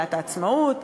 במגילת העצמאות.